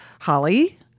Holly